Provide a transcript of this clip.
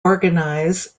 organise